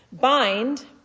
bind